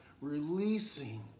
releasing